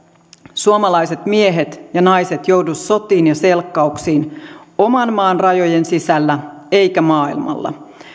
suomalaiset miehet ja naiset joudu sotiin ja selkkauksiin oman maan rajojen sisällä eivätkä maailmalla